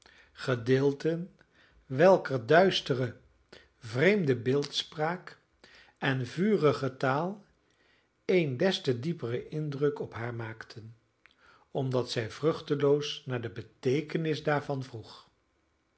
profeten gedeelten welker duistere vreemde beeldspraak en vurige taal een des te dieperen indruk op haar maakten omdat zij vruchteloos naar de beteekenis daarvan vroeg